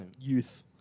youth